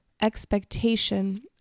expectation